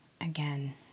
again